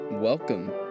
Welcome